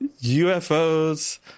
UFOs